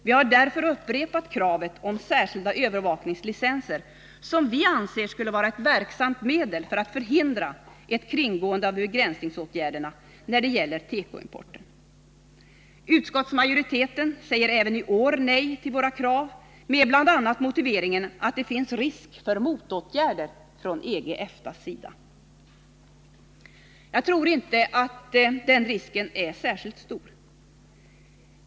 Vi har därför upprepat kravet på skilda övervakningslicenser, som vi anser skulle vara ett verksamt medel för att hindra ett kringgående av begränsningsåtgärderna när det gäller tekoimporten. Utskottsmajoriteten säger även i år nej till våra krav, bl.a. med motiveringen att det finns risk för motåtgärder från EG/EFTA:s sida. Jag tror inte den risken är särskilt stor.